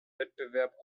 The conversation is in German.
wettbewerb